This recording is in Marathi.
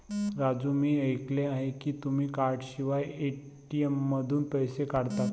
राजू मी ऐकले आहे की तुम्ही कार्डशिवाय ए.टी.एम मधून पैसे काढता